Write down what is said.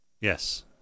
Yes